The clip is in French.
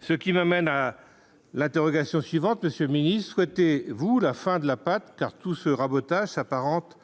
ce qui m'amène à l'interrogation suivante : monsieur le Ministre, souhaitez-vous la fin de la pâte, car tout ce rabotage s'apparente